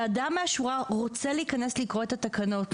ברגע שאדם מן השורה רוצה להיכנס ולקרוא את התקנות,